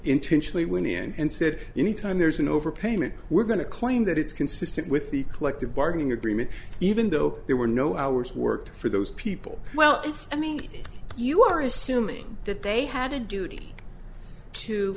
intentionally wynnie and said anytime there's an overpayment we're going to claim that it's consistent with the collective bargaining agreement even though there were no hours worked for those people well it's i mean you are assuming that they had a duty to